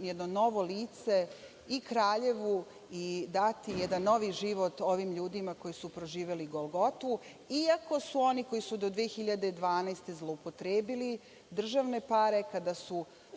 jedno novo lice i Kraljevu i dati novi jedan život ovim ljudima koji su proživeli golgotu, iako su oni koji su do 2012. godine zloupotrebili državne pare, kada su